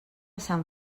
sant